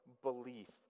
Belief